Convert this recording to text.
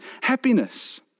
happiness